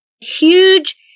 huge